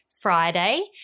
Friday